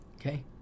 Okay